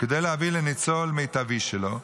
וכדי להביא לניצול מיטבי שלו,